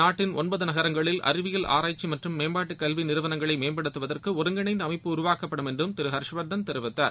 நாட்டின் ஒன்பது நகரங்களில் அறிவியல் ஆராய்ச்சி மற்றும் மேம்பாட்டுக் கல்வி நிறுவனங்களை மேம்படுத்துவதற்கு ஒருங்கிணைந்த அமைப்பு உருவாக்கப்படும் என்றும் திரு ஹர்ஷ் வர்தன் தெரிவித்தார்